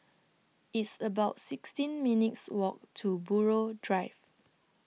It's about sixteen minutes' Walk to Buroh Drive